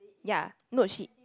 ya no she